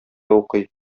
укый